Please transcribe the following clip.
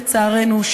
לצערנו,